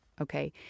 okay